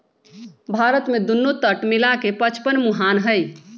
भारत में दुन्नो तट मिला के पचपन मुहान हई